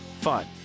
fun